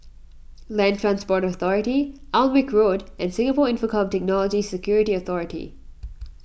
Land Transport Authority Alnwick Road and Singapore Infocomm Technology Security Authority